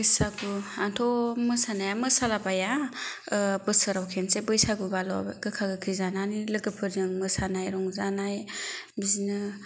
बैसागुआवथ' मोसानाया मोसालाबाया बोसोराव खनसे बैसागुब्लाल' गोखा गोखै जानानै लोगोफोरजों रंजानाय बिदिनो